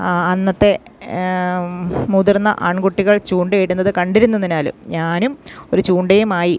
അന്നത്തെ മുതിർന്ന ആൺകുട്ടികൾ ചൂണ്ട ഇടുന്നത് കണ്ടിരുന്നതിനാലും ഞാനും ഒരു ചൂണ്ടുമായി